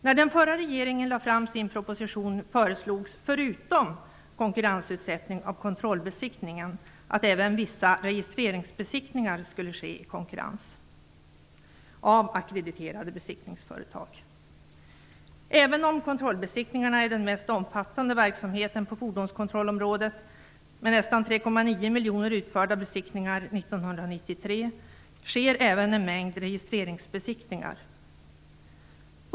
När den förra regeringen lade fram sin proposition föreslogs, förutom en konkurrensutsättning av kontrollbesiktningen, att vissa registreringsbesiktningar skulle ske i konkurrens, av ackrediterade besiktningsföretag. Kontrollbesiktningarna är den mest omfattande verksamheten på fordonskontrollområdet; nästan 3,9 miljoner besiktningar utfördes år 1993. Men det sker även en mängd registreringsbesiktningar.